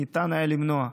שניתן היה למנוע.